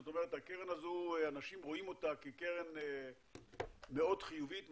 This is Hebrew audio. זאת אומרת האנשים רואים בקרן הזו קרן מאוד חיובית,